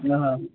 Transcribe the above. आ